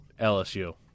LSU